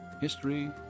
history